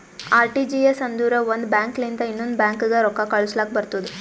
RTGS ಅಂದುರ್ ಒಂದ್ bank ಲಿಂತ ಇನ್ನೊಂದ್ ಬ್ಯಾಂಕ್ಗ ರೊಕ್ಕಾ ಕಳುಸ್ಲಾಕ್ ಬರ್ತುದ್